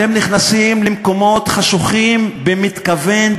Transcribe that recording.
אתם נכנסים למקומות חשוכים במתכוון,